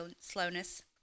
slowness